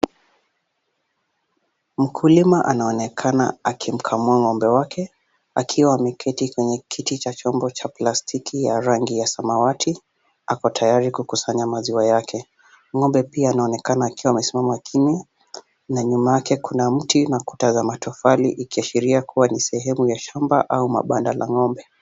Mkulima anaonekana akimukamua ng'ombe wake akiwa ameketi Kwa kiti cha chombo cha plastiki ya rangi ya samawati ako tayari kukusanya maziwa yake, ng'ombe pia anaonekana akiwa amesimama kimya na nyuma yake kuna mti na kuta za matofali ikiashiria kuwa ni sehemu ya shamba au mabada la ng'ombe.